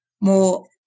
more